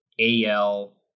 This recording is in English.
AL